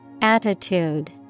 Attitude